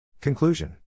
Conclusion